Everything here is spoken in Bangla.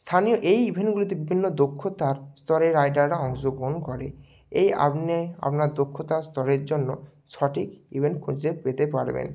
স্থানীয় এই ইভেন্টগুলিতে বিভিন্ন দক্ষতার স্তরের রাইডাররা অংশগ্রহণ করে এই আপনি আপনার দক্ষতার স্তরের জন্য সঠিক ইভেন্ট খুঁজে পেতে পারবেন